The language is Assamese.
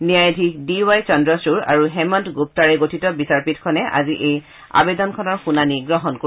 ন্যায়াধীশ ডি ৱাই চন্দ্ৰচুড্ আৰু হেমন্ত গুপ্তাৰে গঠিত বিচাৰপীঠখনে আজি এই আৱেদনখনৰ শুনানি গ্ৰহণ কৰিব